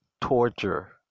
torture